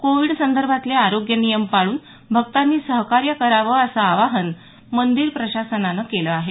Covid संदर्भातले आरोग्य नियम पाळून भक्तांनी सहकार्य करावं असं आवाहन मंदिर प्रशासनानं केलं आहे